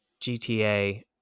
gta